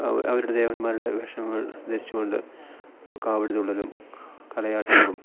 അവരുടെ ദേവന്മാരുടെ വേഷങ്ങൾ ധരിച്ചു കൊണ്ട് കാവടി തുള്ളലും കളിയാട്ടങ്ങളും